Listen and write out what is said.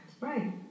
Right